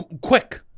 quick